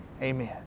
Amen